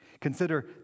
Consider